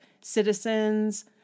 citizens